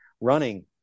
running